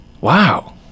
Wow